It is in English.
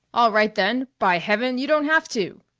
all right, then by heaven, you don't have to!